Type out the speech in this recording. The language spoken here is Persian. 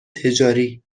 تجاری